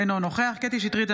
אינו נוכח קטי קטרין שטרית,